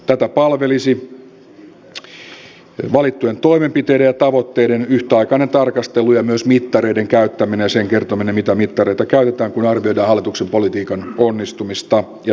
tätä palvelisi valittujen toimenpiteiden ja tavoitteiden yhtäaikainen tarkastelu ja myös mittareiden käyttäminen ja sen kertominen mitä mittareita käytetään kun arvioidaan hallituksen politiikan onnistumista ja tehokkuutta